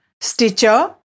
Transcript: Stitcher